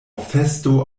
festo